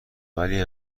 ولی